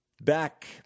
back